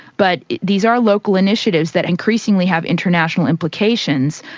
but these are local initiatives that increasingly have international implications.